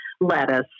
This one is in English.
lettuce